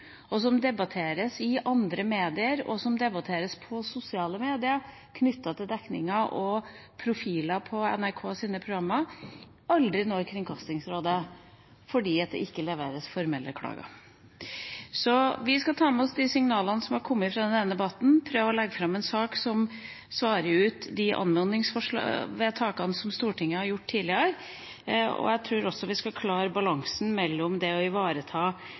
som debatteres i andre medier og også i sosiale medier, aldri når Kringkastingsrådet fordi det ikke leveres formelle klager. Vi skal ta med oss de signalene som er kommet fra denne debatten, og prøve å legge fram en sak som svarer ut de anmodningsvedtakene som Stortinget har gjort tidligere. Jeg tror også vi skal klare balansen mellom det å ivareta